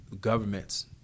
governments